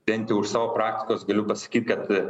bent jau iš savo praktikos galiu pasakyt kad